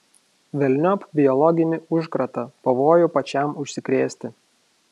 velniop biologinį užkratą pavojų pačiam užsikrėsti